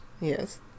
Yes